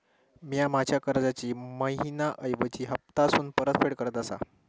म्या माझ्या कर्जाची मैहिना ऐवजी हप्तासून परतफेड करत आसा